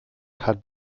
hat